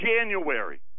January